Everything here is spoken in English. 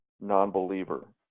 non-believer